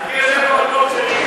אני יושב במקום שלי.